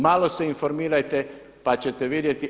Malo se informirajte pa ćete vidjeti.